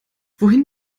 wohin